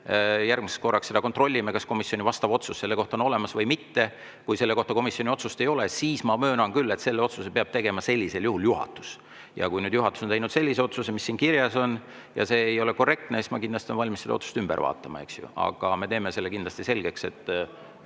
me järgmiseks korraks kontrollime, kas komisjoni otsus selle kohta on olemas või mitte. Kui selle kohta komisjoni otsust ei ole, siis ma möönan, et selle otsuse peab sellisel juhul tegema juhatus. Kui juhatus on teinud sellise otsuse, nagu siin kirjas on, ja see ei ole korrektne, siis ma kindlasti olen valmis seda otsust ümber vaatama, eks ju. Me teeme selle kindlasti selgeks.